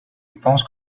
pense